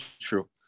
true